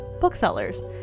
booksellers